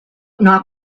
knock